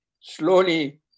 slowly